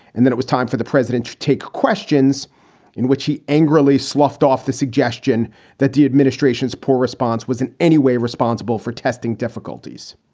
and then it was time for the president to take questions in which he angrily sloughed off the suggestion that the administration's poor response was in any way responsible for testing difficulties.